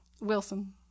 wilson